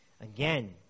Again